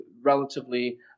relatively